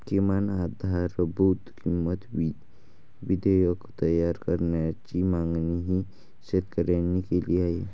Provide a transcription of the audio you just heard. किमान आधारभूत किंमत विधेयक तयार करण्याची मागणीही शेतकऱ्यांनी केली आहे